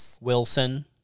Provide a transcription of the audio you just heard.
Wilson